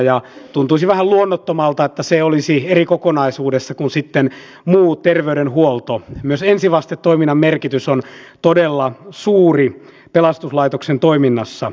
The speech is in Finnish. ja tähän liittyy myös kysymys siitä haluammeko me että itsehallintoalueet tulevat sellaisiksi että niillä on vain tarkasti lailla määrättyjä tehtäviä vai voiko olla että itsehallintoalueella on niin sanottua yleistä toimialaa